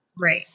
Right